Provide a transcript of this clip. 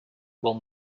will